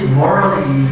morally